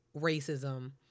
racism